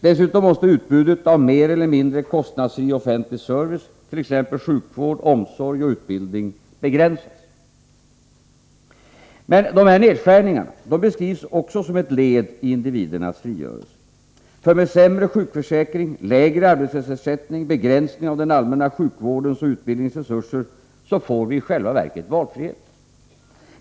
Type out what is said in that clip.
Dessutom måste utbudet av mer eller mindre kostnadsfri offentlig service, t.ex. sjukvård, omsorg och utbildning, begränsas. Men dessa nedskärningar beskrivs också som ett led i individernas frigörelse. För med sämre sjukförsäkring, lägre arbetslöshetsersättning, begränsning av den allmänna sjukvårdens och utbildningens resurser, får vi i själva verket valfrihet.